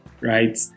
right